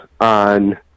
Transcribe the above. on